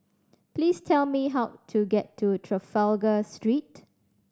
please tell me how to get to Trafalgar Street